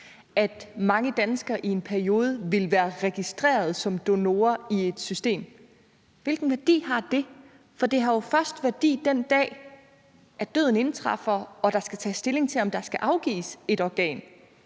at mange danskere i en periode vil være registreret som donorer i et system. Hvilken værdi har det? For det har jo først værdi, den dag døden indtræffer og der skal tages stilling til, om der skal afgives et organ,